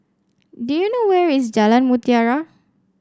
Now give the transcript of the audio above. do you know where is Jalan Mutiara